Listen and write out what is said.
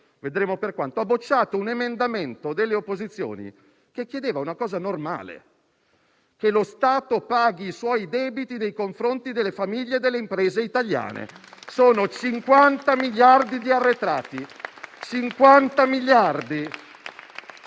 vedremo per quanto tempo - ha bocciato un emendamento delle opposizioni che chiedeva una cosa normale, ovvero che lo Stato paghi i suoi debiti nei confronti delle famiglie e delle imprese italiane. Sono 50 miliardi